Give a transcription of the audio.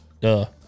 duh